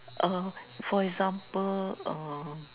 uh for example uh